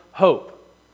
hope